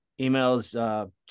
emails